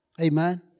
Amen